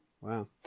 Wow